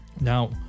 Now